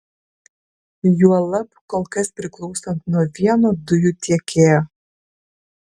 juolab kol kas priklausant nuo vieno dujų tiekėjo